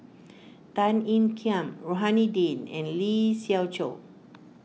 Tan Ean Kiam Rohani Din and Lee Siew Choh